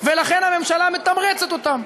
ולכן הממשלה מתמרצת אותם.